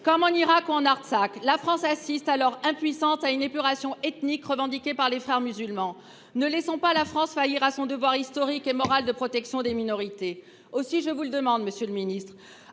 Comme en Irak ou en Artsakh, la France assiste encore impuissante à une épuration ethnique, revendiquée par les Frères musulmans. Ne laissons pas la France faillir à son devoir historique et moral de protection des minorités ! Aussi, monsieur le ministre,